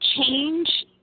change